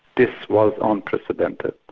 this was ah unprecedented,